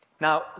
Now